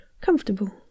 comfortable